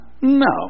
no